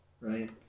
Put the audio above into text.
right